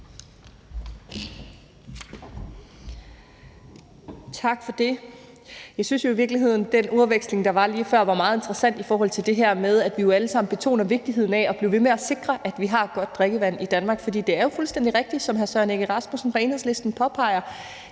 Tak for det. Jeg synes i virkeligheden, at den ordveksling, der var lige før, var meget interessant i forhold til det her med, at vi jo alle sammen betoner vigtigheden af at blive ved med at sikre, at vi har godt drikkevand i Danmark. For det er jo fuldstændig rigtigt, som hr. Søren Egge Rasmussen fra